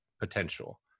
potential